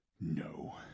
No